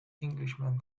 englishman